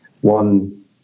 one